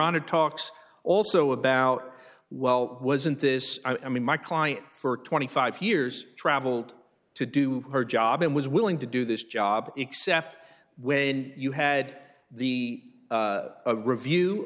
on a talks also about well wasn't this i mean my client for twenty five years traveled to do her job and was willing to do this job except when you had the review